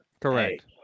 Correct